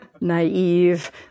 Naive